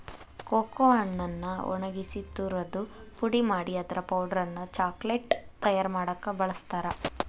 cocoa ಹಣ್ಣನ್ನ ಒಣಗಿಸಿ ತುರದು ಪುಡಿ ಮಾಡಿ ಅದರ ಪೌಡರ್ ಅನ್ನ ಚಾಕೊಲೇಟ್ ತಯಾರ್ ಮಾಡಾಕ ಬಳಸ್ತಾರ